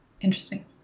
Interesting